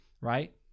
right